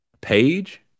Page